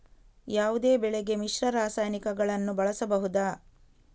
ಯಾವುದೇ ಬೆಳೆಗೆ ಮಿಶ್ರ ರಾಸಾಯನಿಕಗಳನ್ನು ಬಳಸಬಹುದಾ?